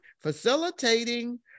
facilitating